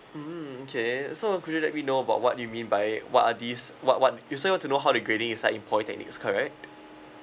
mmhmm okay so uh could you let me know about what you mean by what are these what what you say want to know how the grading is like in polytechnics correct